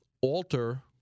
alter